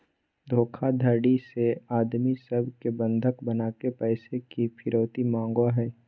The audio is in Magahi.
धोखाधडी से आदमी सब के बंधक बनाके पैसा के फिरौती मांगो हय